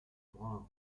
brun